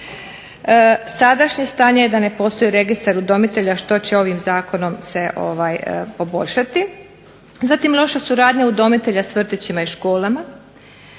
Sadašnje stanje da ne postoji registar udomitelja što će ovim zakonom se poboljšati, zatim, loša suradnja udomitelja s vrtićima i školama.